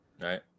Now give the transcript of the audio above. Right